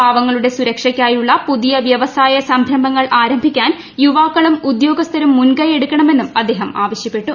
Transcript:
പാവങ്ങളുടെ സുരക്ഷയ്ക്കായുള്ള പുതിയ വ്യവസായ സംരംഭങ്ങൾ ആരംഭിക്കാൻ യുവാക്കളും ഉദ്യോഗസ്ഥരും മുൻകൈയെടുക്കണമെന്നും അദ്ദേഹം ആവശ്യപ്പെട്ടു